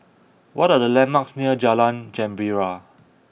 what are the landmarks near Jalan Gembira